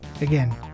again